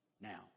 Now